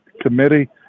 Committee